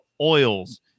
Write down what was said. oils